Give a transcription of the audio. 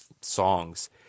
songs